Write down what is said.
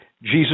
Jesus